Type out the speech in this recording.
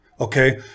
okay